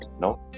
No